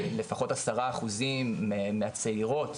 לפחות עשרה אחוזים מהצעירות,